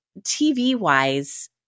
TV-wise